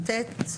(ט),